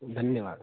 धन्यवादः